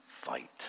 fight